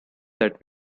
that